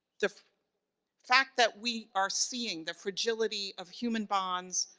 the fact that we are seeing the fragility of human bonds,